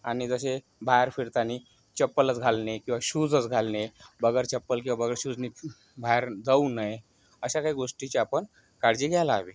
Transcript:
आणि जसे बाहेर फिरताना चप्पलच घालणे किंवा शूजच घालणे बिगर चप्पल किंवा बिगर शूजनी बाहेर जाऊ नये अशा काही गोष्टीची आपण काळजी घ्यायला हवी